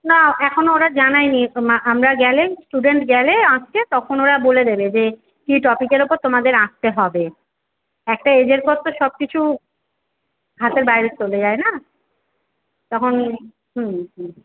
না এখনও ওরা জানায় নি না আমরা গেলে স্টুডেন্ট গেলে আঁকতে তখন ওরা বলে দেবে যে কী টপিকের ওপর তোমাদের আঁকতে হবে একটা এজের পর তো সব কিছু হাতের বাইরে চলে যায় না তখন হুম হুম